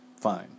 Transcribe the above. Fine